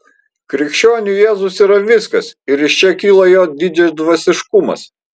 krikščioniui jėzus yra viskas ir iš čia kyla jo didžiadvasiškumas